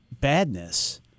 badness